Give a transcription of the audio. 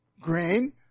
grain